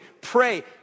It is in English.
Pray